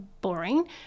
boring